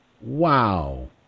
wow